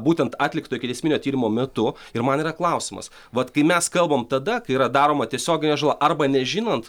būtent atlikto ikiteisminio tyrimo metu ir man yra klausimas vat kai mes kalbam tada kai yra daroma tiesioginė žala arba nežinant